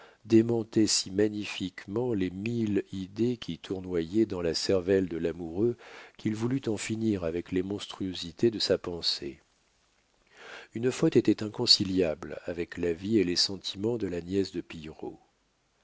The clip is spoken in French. démentaient si magnifiquement les mille idées qui tournoyaient dans la cervelle de l'amoureux qu'il voulut en finir avec les monstruosités de sa pensée une faute était inconciliable avec la vie et les sentiments de la nièce de